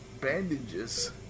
bandages